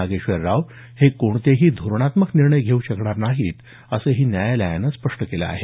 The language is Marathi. नागेश्वर राव हे कोणतेही धोरणात्मक निर्णय घेऊ शकत नाहीत असंही न्यायालयानं स्पष्ट केलं आहे